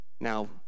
Now